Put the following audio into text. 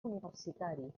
universitari